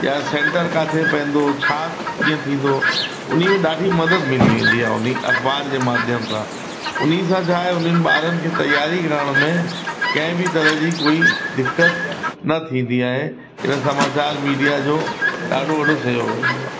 यां सेंटर किथे पवंदो छा कीअं थींदो उनमें ॾाढी मदद मिली वेंदी आहे उन अखबार जे माध्यम सां उनसां छा आहे उन्हनि ॿारनि खे तयारी करण में कंहिं बी तरह जी कोई दिक़तु न थींदी आहे इन सां समाचार मीडिया जो ॾाढो वॾो सहयोगु मिलंदो आहे